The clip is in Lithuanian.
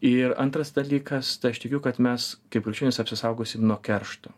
ir antras dalykas tai aš tikiu kad mes kaip krikščionys apsisaugosim nuo keršto